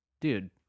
dude